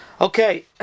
Okay